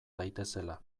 daitezela